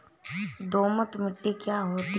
दोमट मिट्टी क्या होती हैं?